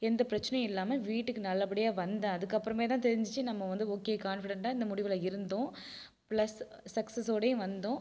எந்த பிரச்சனையும் இல்லாமல் வீட்டுக்கு நல்லபடியாக வந்தேன் அதற்கப்பறமே தான் தெரிஞ்சிச்சு நம்ம வந்து ஓகே கான்ஃபிடென்ட்டாக இந்த முடிவில் இருந்தோம் ப்ளஸ் சக்ஸஸோடையும் வந்தோம்